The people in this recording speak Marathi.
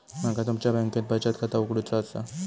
माका तुमच्या बँकेत बचत खाता उघडूचा असा?